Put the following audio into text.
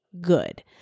good